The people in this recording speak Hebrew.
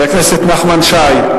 חבר הכנסת נחמן שי,